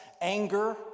anger